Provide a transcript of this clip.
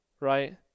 right